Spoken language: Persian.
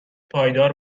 پایدار